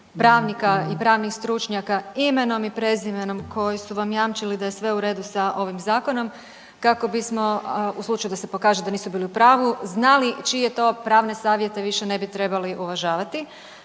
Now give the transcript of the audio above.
pravnika i pravnih stručnjaka imenom i prezimenom koji su vam jamčili da je sve u redu sa ovim zakonom kako bismo u slučaju da se pokaže da nisu bili u pravu znali čije to pravne savjete više ne bi trebali uvažavati.